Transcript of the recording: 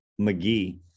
McGee